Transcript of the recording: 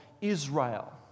Israel